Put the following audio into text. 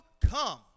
come